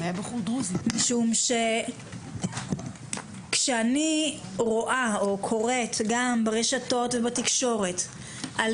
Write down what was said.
משום שכשאני רואה או קוראת גם ברשתות ובתקשורת על